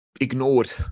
ignored